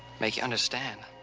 make you understand.